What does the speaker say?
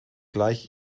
gleich